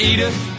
Edith